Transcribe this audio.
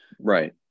Right